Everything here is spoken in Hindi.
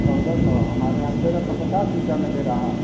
चौदह सौ हमारे यहाँ तेरह सौ पचास रुपया में दे रहा है